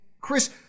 Chris